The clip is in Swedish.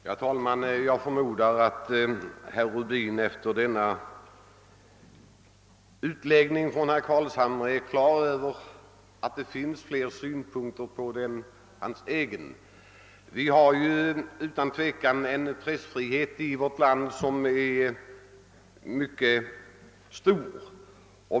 Herr talman! Jag förmodar att herr Rubin efter denna utläggning av herr Carlshamre blivit på det klara med att det finns fler synpunkter på denna fråga än hans egna. " Vi har i vårt land en pressfrihet som utan tvivel är mycket stor.